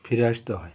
ফিরে আসতে হয়